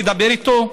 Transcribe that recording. לדבר איתו?